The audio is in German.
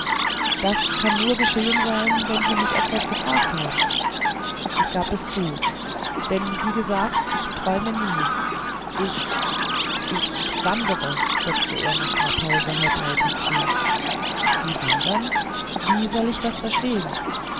das kann nur geschehen sein wenn sie mich etwas gefragt haben ich gab es zu denn wie gesagt ich träume nie ich ich wandere setzte er nach einer pause halblaut hinzu sie wandern wie soll ich das verstehen